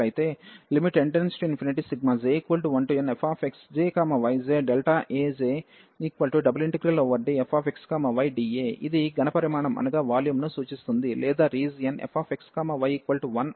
n→∞j1nfxjyjΔAj∬DfxydA ఇది ఘన పరిమాణంను సూచిస్తుంది లేదా రీజియన్ fxy1అయితే